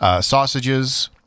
sausages